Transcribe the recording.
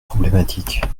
problématique